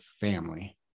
family